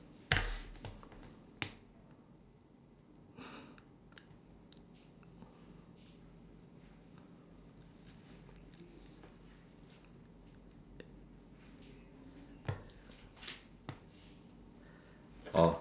orh